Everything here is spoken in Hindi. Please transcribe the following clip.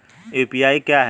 यू.पी.आई क्या है?